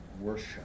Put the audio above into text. worship